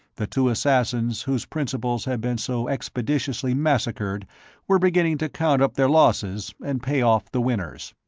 the two assassins whose principals had been so expeditiously massacred were beginning to count up their losses and pay off the winners.